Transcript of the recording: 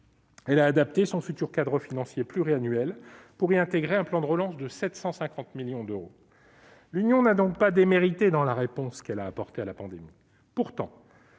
Elle a adapté son futur cadre financier pluriannuel pour y intégrer un plan de relance de 750 millions d'euros. L'Union n'a donc pas démérité dans la réponse qu'elle a apportée à la pandémie. Pourtant,